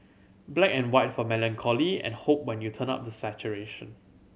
black and white for melancholy and hope when you turn up the saturation